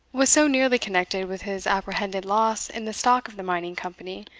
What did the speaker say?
was so nearly connected with his apprehended loss in the stock of the mining company,